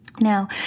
Now